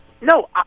No